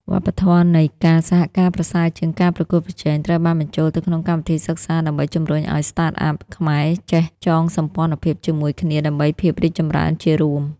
វប្បធម៌នៃ "ការសហការប្រសើរជាងការប្រកួតប្រជែង" ត្រូវបានបញ្ចូលទៅក្នុងកម្មវិធីសិក្សា ដើម្បីជម្រុញឱ្យ Startups ខ្មែរចេះចងសម្ព័ន្ធភាពជាមួយគ្នាដើម្បីភាពរីកចម្រើនជារួម។